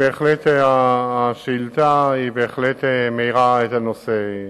השאילתא בהחלט מאירה את הנושא.